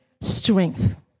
Strength